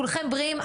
כולכם בריאים,